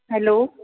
hello